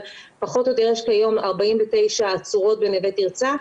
אבל פחות או יותר יש כיום 49 עצורות בנווה תרצה,